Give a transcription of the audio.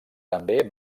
també